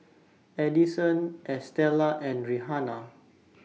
Adison Estela and Rihanna